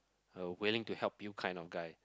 a willing to help you kind of guy